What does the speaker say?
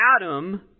Adam